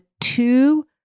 two